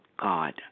God